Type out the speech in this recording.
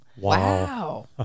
Wow